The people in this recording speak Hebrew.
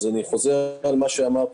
אני חוזר על מה שאמרתי,